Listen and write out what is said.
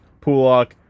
Pulak